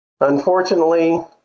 Unfortunately